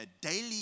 daily